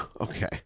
Okay